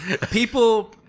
people